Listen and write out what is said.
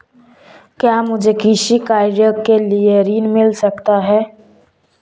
क्या मुझे कृषि कार्य के लिए ऋण मिल सकता है?